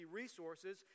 resources